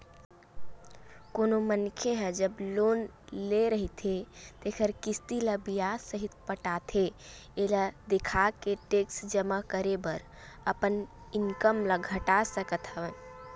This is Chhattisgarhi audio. कोनो मनखे ह जब लोन ले रहिथे तेखर किस्ती ल बियाज सहित पटाथे एला देखाके टेक्स जमा करे बर अपन इनकम ल घटा सकत हवय